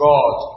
God